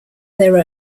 their